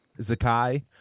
Zakai